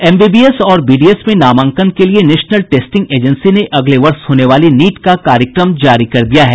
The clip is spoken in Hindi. एमबीबीएस और बीडीएस में नामांकन के लिए नेशनल टेस्टिंग एजेंसी ने अगले वर्ष होने वाली नीट का कार्यक्रम जारी कर दिया है